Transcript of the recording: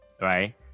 right